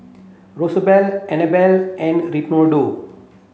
Rosabelle Annabel and Reynaldo